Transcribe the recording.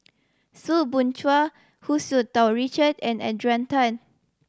Soo Bin Chua Hu Tsu Tau Richard and Adrian Tan